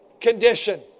condition